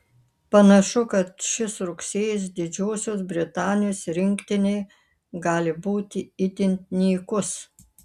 panašu kad šis rugsėjis didžiosios britanijos rinktinei gali būti itin nykus